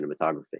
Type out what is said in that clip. cinematography